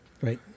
right